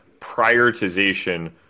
prioritization